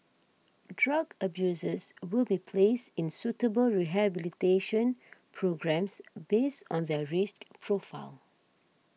drug abusers will be placed in suitable rehabilitation programmes based on their risk profile